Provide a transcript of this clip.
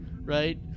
right